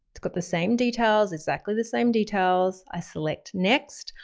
it's got the same details, exactly the same details i select, next,